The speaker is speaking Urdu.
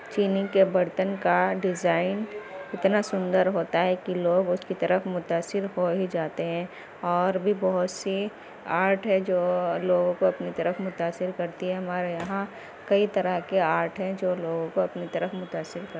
چینی کے برتن کا ڈیزائن اتنا سندر ہوتا ہے کہ لوگ اس کی طرف متاثر ہو ہی جاتے ہیں اور بھی بہت سی آرٹ ہے جو لوگوں کو اپنی طرف متاثر کرتی ہے ہمارے یہاں کئی طرح کے آرٹ ہیں جو لوگوں کو اپنی طرف متاثر کر